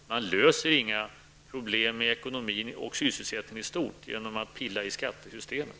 Man löser inga problem med ekonomin och sysselsättningen i stort genom att pilla i skattesystemet.